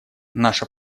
наша